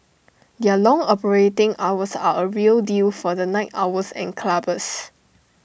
their long operating hours are A real deal for the night owls and clubbers